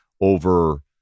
over